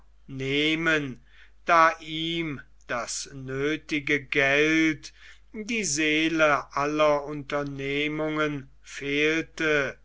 nehmen da ihm das nöthige geld die seele aller unternehmungen fehlte